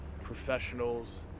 professionals